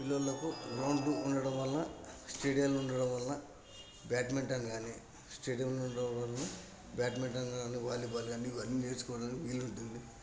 పిల్లలకు గ్రౌండ్లు ఉండడం వలన స్టేడియాలు ఉండడం వలన బ్యాడ్మింటన్ కానీ స్టేడియం ఉండడం వలన బ్యాడ్మింటన్ కానీ వాలీబాల్ కానీ ఇవన్నీ నేర్చుకోవడానికి వీలుంటుంది